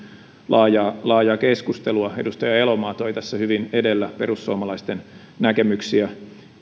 laajaa laajaa keskustelua edustaja elomaa toi tässä hyvin edellä perussuomalaisten näkemyksiä